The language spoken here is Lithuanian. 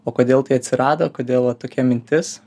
o kodėl tai atsirado kodėl va tokia mintis